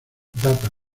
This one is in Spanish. data